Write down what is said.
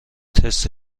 تست